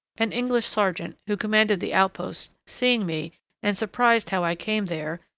an english serjeant, who commanded the outposts, seeing me, and surprised how i came there,